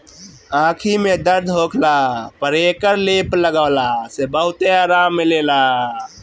आंखी में दर्द होखला पर एकर लेप लगवला से बहुते आराम मिलेला